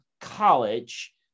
college